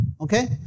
Okay